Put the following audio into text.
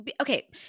okay